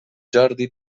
jordi